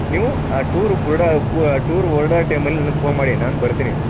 ನೀವು ಆ ಟೂರ್ ಬಿಡೋ ಅಪ್ಪು ಆ ಟೂರ್ ಹೊರಡೊ ಟೈಮಲ್ಲಿ ನನ್ಗೆ ಫೋನ್ ಮಾಡಿ ನಾನು ಬರ್ತೀನಿ